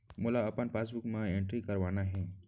मोला अपन पासबुक म एंट्री करवाना हे?